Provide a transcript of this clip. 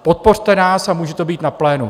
Podpořte nás a může to být na plénu.